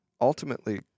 ultimately